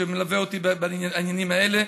שמלווה אותי בעניינים האלה.